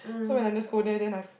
so when I'm just go there then I f~